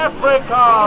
Africa